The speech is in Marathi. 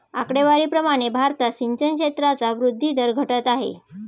आकडेवारी प्रमाणे भारतात सिंचन क्षेत्राचा वृद्धी दर घटत आहे